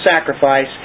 sacrifice